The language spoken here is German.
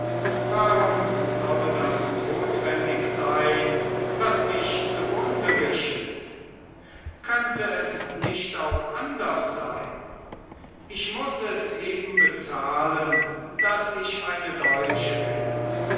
warum soll das notwendig sein was mich zugrunde richtet könnte es nicht auch anders sein ich muß es eben bezahlen daß ich eine deutsche bin